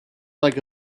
like